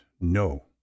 no